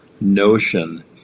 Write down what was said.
notion